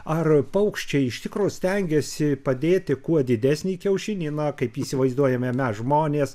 ar paukščiai iš tikrųjų stengiasi padėti kuo didesnį kiaušinį na kaip įsivaizduojame mes žmonės